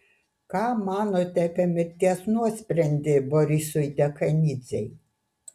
ką manote apie mirties nuosprendį borisui dekanidzei